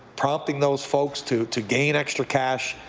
prompting those folks to to gain extra cash,